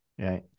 right